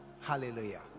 Hallelujah